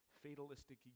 fatalistic